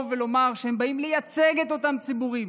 ולומר שהם באים לייצג את אותם ציבורים,